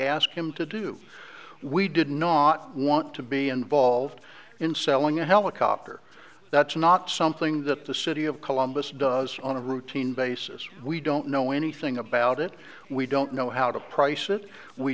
asked him to do we did not want to be involved in selling a helicopter that's not something that the city of columbus does on a routine basis we don't know anything about it we don't know how to price it we